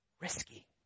risky